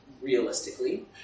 realistically